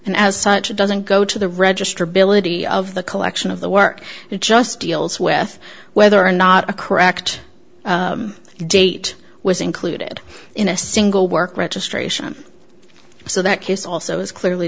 and as such it doesn't go to the register ability of the collection of the work it just deals with whether or not a correct date was included in a single work registration so that case also is clearly